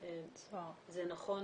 זה נכון